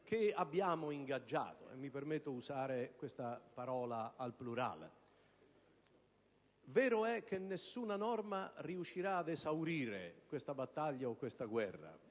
che abbiamo ingaggiato (consentitemi di utilizzare il verbo al plurale). Vero è che nessuna norma riuscirà ad esaurire questa battaglia o questa guerra